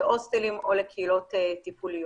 להוסטלים או לקהילות טיפוליות.